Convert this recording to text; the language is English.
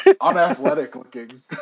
unathletic-looking